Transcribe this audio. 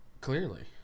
Clearly